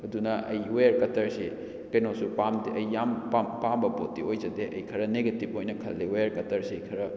ꯑꯗꯨꯅ ꯑꯩ ꯋꯦꯌꯔ ꯀꯇꯔꯁꯤ ꯀꯩꯅꯣꯁꯨ ꯄꯥꯝꯗꯦ ꯑꯩ ꯌꯥꯝ ꯄꯥꯝꯕ ꯄꯣꯠꯇꯤ ꯑꯣꯏꯖꯗꯦ ꯑꯩ ꯈꯔ ꯅꯦꯒꯦꯇꯤꯕ ꯑꯣꯏꯅ ꯈꯜꯂꯤ ꯋꯦꯌꯔ ꯀꯇꯔꯁꯤ ꯈꯔ